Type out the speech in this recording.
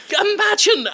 Imagine